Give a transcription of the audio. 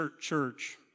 church